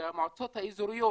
והמועצות האזוריות,